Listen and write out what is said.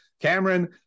Cameron